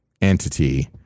entity